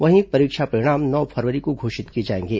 वहीं परीक्षा परिणाम नौ फरवरी को घोषित किए जाएंगे